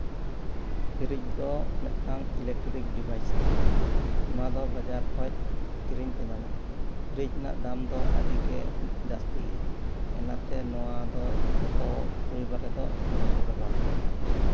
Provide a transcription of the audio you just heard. fridge ᱫᱚ ᱢᱤᱫᱴᱟᱝ electric device ᱠᱟᱱᱟ ᱚᱱᱟ ᱫᱚ ᱵᱟᱡᱟᱨ ᱠᱷᱚᱡ ᱠᱤᱨᱤᱧ ᱛᱮ ᱧᱟᱢᱚᱜᱼᱟ ᱯᱷᱤᱨᱤᱡ ᱨᱮᱱᱟᱜ ᱫᱟᱢ ᱫᱚ ᱟᱹᱰᱤᱜᱮ ᱡᱟᱹᱥᱛᱤ ᱜᱮᱭᱟ ᱚᱱᱟᱛᱮ ᱱᱚᱶᱟ ᱫᱚ ᱡᱚᱛᱚ ᱯᱚᱨᱤᱵᱟᱨ ᱨᱮᱫᱚ ᱵᱟᱝᱠᱚ ᱵᱮᱵᱚᱦᱟᱨ ᱫᱟᱲᱮᱭᱟᱜᱼᱟ